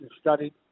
studied